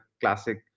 classic